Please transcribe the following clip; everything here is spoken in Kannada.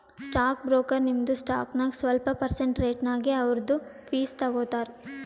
ಸ್ಟಾಕ್ ಬ್ರೋಕರ್ ನಿಮ್ದು ಸ್ಟಾಕ್ ನಾಗ್ ಸ್ವಲ್ಪ ಪರ್ಸೆಂಟ್ ರೇಟ್ನಾಗ್ ಅವ್ರದು ಫೀಸ್ ತಗೋತಾರ